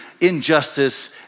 injustice